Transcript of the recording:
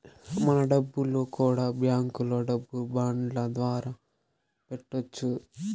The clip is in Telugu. మన డబ్బులు కూడా బ్యాంకులో డబ్బు బాండ్ల ద్వారా పెట్టొచ్చు